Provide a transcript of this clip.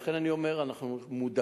לכן אני אומר: אנחנו מודאגים,